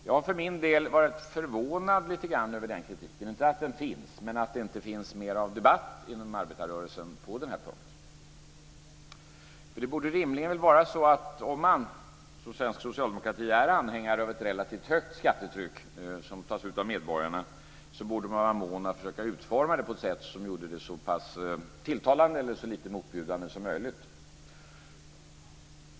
Jag har för min del varit lite förvånad över den kritiken, inte över att den finns men över att det inte är mer debatt inom arbetarrörelsen på den här punkten. Det borde rimligen vara så att om man som svensk socialdemokrati är anhängare av ett relativt högt skattetryck som tas ut av medborgarna borde man vara mån om att försöka utforma det på ett sätt som gör det så tilltalande, eller så lite motbjudande, som möjligt.